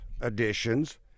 additions